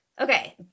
Okay